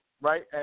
right